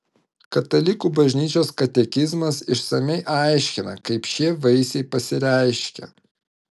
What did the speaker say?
katalikų bažnyčios katekizmas išsamiai aiškina kaip šie vaisiai pasireiškia